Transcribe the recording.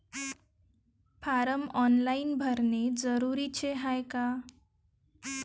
Form online भरने जरुरीचे हाय का?